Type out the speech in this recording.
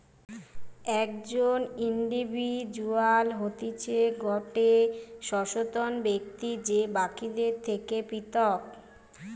একজন ইন্ডিভিজুয়াল হতিছে গটে স্বতন্ত্র ব্যক্তি যে বাকিদের থেকে পৃথক